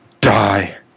Die